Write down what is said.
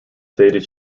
stated